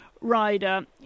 rider